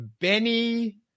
Benny